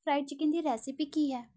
fried chicken ਦੀ recipe ਕੀ ਹੈ